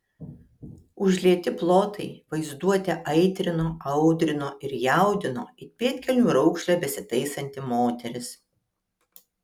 užlieti plotai vaizduotę aitrino audrino ir jaudino it pėdkelnių raukšlę besitaisanti moteris